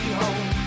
home